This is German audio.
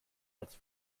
als